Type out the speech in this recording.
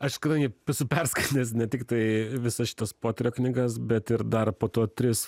aš kadangi esu perskaitęs ne tiktai visas šitas poterio knygas bet ir dar po to tris